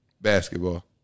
Basketball